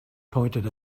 pointed